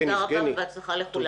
תודה רבה ובהצלחה לכולם.